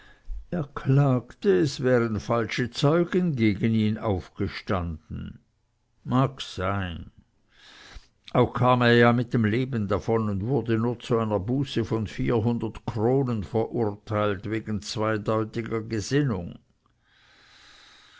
er klagte es wären falsche zeugen gegen ihn aufgestanden mag sein auch kam er ja mit dem leben davon und wurde nur zu einer buße von vierhundert kronen verurteilt wegen zweideutiger gesinnung